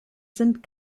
sind